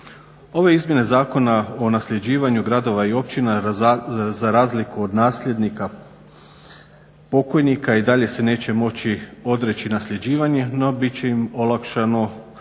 Ove izmjene Zakona o nasljeđivanju gradova i općina z razliku od nasljednika pokojnika i dalje se neće moći odreći nasljeđivanje no bit će im olakšano